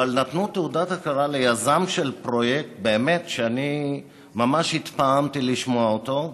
אבל נתנו תעודת הכרה ליזם של פרויקט שאני ממש התפעמתי לשמוע אותו,